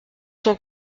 cent